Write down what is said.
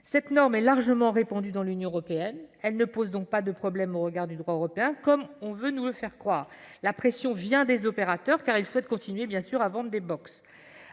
Cette norme est largement répandue dans l'Union européenne. Elle ne pose donc pas de problème au regard du droit européen, comme on veut nous le faire croire. La pression vient des opérateurs, car ils souhaitent continuer à vendre des box.